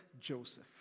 Joseph